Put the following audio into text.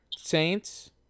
Saints